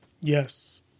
Yes